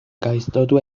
gaiztotu